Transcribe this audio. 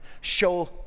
show